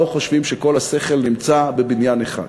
לא חושבים שכל השכל נמצא בבניין אחד.